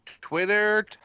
Twitter